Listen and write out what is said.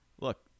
look